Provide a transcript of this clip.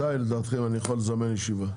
מתי לדעתכם אני יכול לזמן ישיבה?